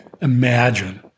imagine